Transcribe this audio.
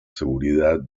seguridad